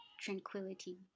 Tranquility